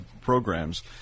programs